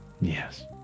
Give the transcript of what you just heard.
Yes